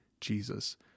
Jesus